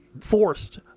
forced